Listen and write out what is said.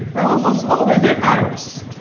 and almost always they're arabs,